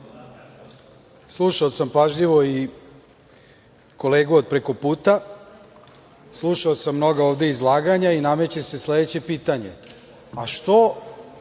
slušao sam pažljivo i kolegu od prekoputa, slušao sam mnoga ovde izlaganja i nameće se sledeće pitanje – a što